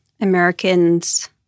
Americans